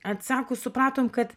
atsaku supratom kad